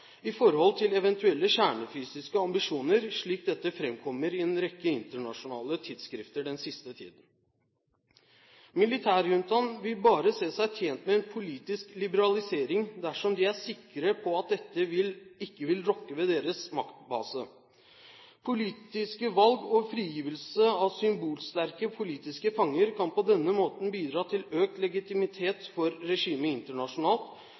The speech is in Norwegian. eventuelle kjernefysiske ambisjoner, slik dette fremkommer i en rekke internasjonale tidsskrifter den siste tiden. Militærjuntaen vil bare se seg tjent med en politisk liberalisering dersom de er sikre på at dette ikke vil rokke ved deres maktbase. Politiske valg og frigivelse av symbolsterke politiske fanger kan på denne måten bidra til økt legitimitet for regimet internasjonalt,